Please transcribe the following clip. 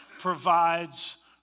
provides